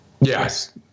Yes